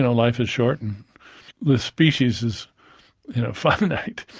and life is short, and the species is finite.